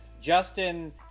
Justin